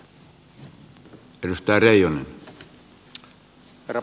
herra puhemies